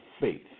faith